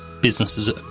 businesses